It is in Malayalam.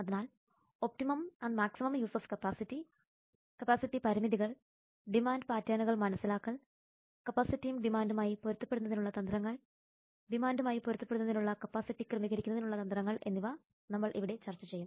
അതിനാൽ optimum and maximum use of capacity capacity പരിമിതികൾ ഡിമാൻഡ് പാറ്റേണുകൾ മനസ്സിലാക്കൽ കപ്പാസിറ്റിയും ഡിമാന്റുമായി പൊരുത്തപ്പെടുന്നതിനുള്ള തന്ത്രങ്ങൾ ഡിമാൻഡുമായി പൊരുത്തപ്പെടുന്നതിനുള്ള കപ്പാസിറ്റി ക്രമീകരിക്കുന്നതിനുള്ള തന്ത്രങ്ങൾ എന്നിവ നമ്മൾ ഇവിടെ ചർച്ച ചെയ്യും